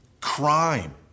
crime